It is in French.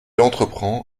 entreprend